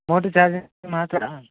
motor charge ಮಾತ್ರ